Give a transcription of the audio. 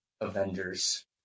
Avengers